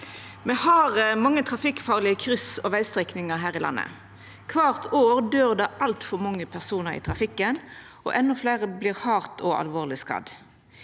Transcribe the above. Me har mange trafikkfarlege kryss og vegstrekningar her i landet. Kvart år døyr det altfor mange personar i trafikken, og enno fleire vert hardt og alvorleg skadde.